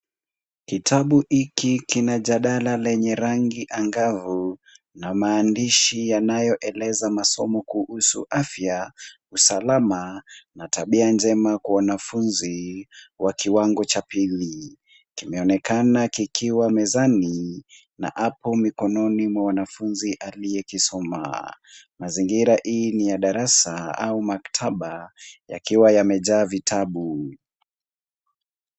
Kitabu hiki kina jadala lenye rangi angavu na maandishi yanayoeleza masomo kuhusu afya, usalama na tabia njema kwa wanafunzi wa kiwango cha pili. Kimeonekana kikiwa mezani na apo mikononi mwa wanafunzi aliyekisoma. Mazingira hii ni ya darasa au maktaba yakiwa yamejaa vitabu.